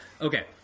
Okay